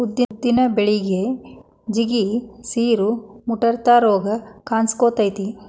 ಉದ್ದಿನ ಬಳಿಗೆ ಜಿಗಿ, ಸಿರು, ಮುಟ್ರಂತಾ ರೋಗ ಕಾನ್ಸಕೊತೈತಿ